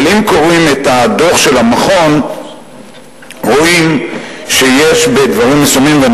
אבל אם קוראים את הדוח של המכון רואים שבדברים מסוימים הם